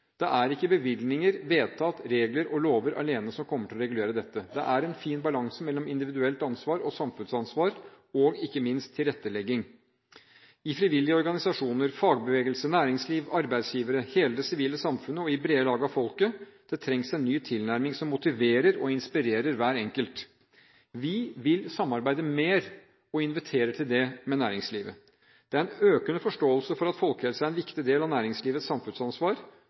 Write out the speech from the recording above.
Det er ikke bevilgninger, vedtak, regler og lover alene som kommer til å regulere dette. Det er en fin balanse mellom individuelt ansvar og samfunnsansvar, og ikke minst tilrettelegging – i frivillige organisasjoner, fagbevegelse, næringsliv, arbeidsgivere, i hele det sivile samfunnet og i det brede lag av folket. Det trengs en ny tilnærming som motiverer og inspirerer hver enkelt. Vi vil samarbeide mer – og inviterer til det – med næringslivet. Det er en økende forståelse for at folkehelse er en viktig del av næringslivets samfunnsansvar.